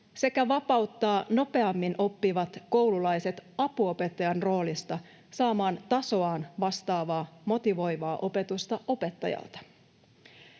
sekä vapauttamalla nopeammin oppivat koululaiset apuopettajan roolista saamaan tasoaan vastaavaa, motivoivaa opetusta opettajalta.